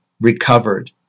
recovered